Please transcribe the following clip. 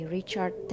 Richard